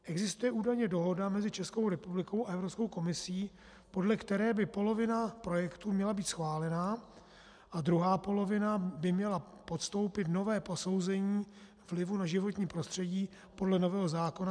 Existuje údajně dohoda mezi Českou republikou a Evropskou komisí, podle které by polovina projektů měla být schválena a druhá polovina by měla podstoupit nové posouzení vlivu na životní prostředí podle nového zákona 39/2015.